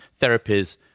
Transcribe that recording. therapies